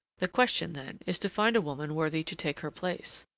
the question, then, is to find a woman worthy to take her place.